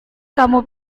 kamu